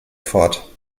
fort